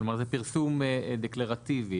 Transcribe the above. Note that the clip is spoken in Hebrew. כלומר, זה פרסום דקלרטיבי.